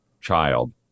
child